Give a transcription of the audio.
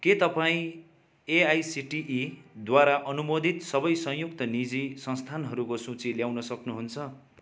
के तपाईँँ एआइसिटिईद्वारा अनुमोदित सबै संयुक्त निजी संस्थानहरूको सूची ल्याउन सक्नुहुन्छ